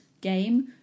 game